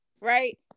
right